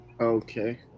Okay